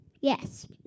Yes